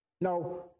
Now